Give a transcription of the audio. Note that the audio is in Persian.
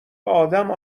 ادم